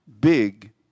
big